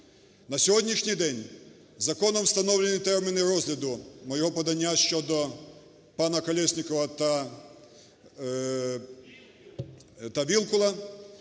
На сьогоднішній день законом встановлені терміни розгляду мого подання щодо пана Колєснікова та Вілкула,